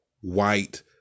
white